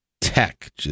Tech